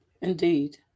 indeed